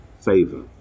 favor